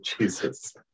Jesus